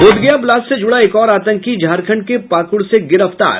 Bodhgaya blast से जुड़ा एक और आतंकी झारखंड के पाकुड़ से गिरफ्तार